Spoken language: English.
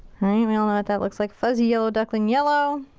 i mean we all know that looks like, fuzzy yellow duckling yellow.